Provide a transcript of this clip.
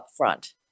upfront